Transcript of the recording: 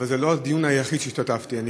אבל זה לא הדיון היחיד שהשתתפתי בו.